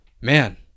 man